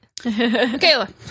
Kayla